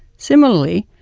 similarly,